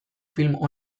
film